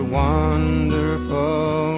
wonderful